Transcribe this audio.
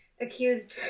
accused